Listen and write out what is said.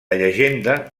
llegenda